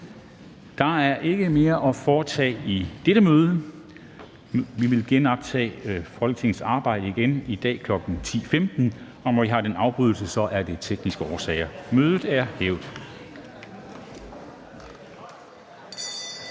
Der er ikke mere at foretage i dette møde. Folketingets næste møde er i dag kl. 10.15, og når vi har denne afbrydelse, er det af tekniske årsager. Mødet er hævet. (Kl.